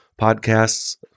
Podcasts